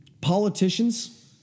Politicians